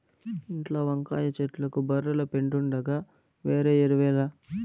ఇంట్ల వంకాయ చెట్లకు బర్రెల పెండుండగా వేరే ఎరువేల